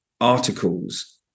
articles